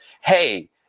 hey